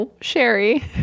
sherry